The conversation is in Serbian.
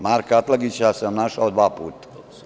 Marka Atlagića sam našao dva puta.